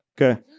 Okay